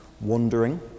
wandering